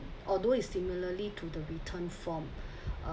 although is similarly to the written form uh